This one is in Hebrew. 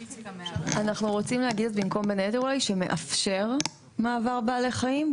אנחנו רוצים להגיד במקום בין היתר אולי שמאפשר מעבר בעלי חיים,